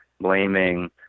blaming